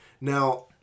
Now